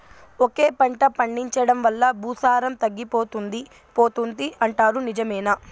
ఒకే పంట పండించడం వల్ల భూసారం తగ్గిపోతుంది పోతుంది అంటారు నిజమేనా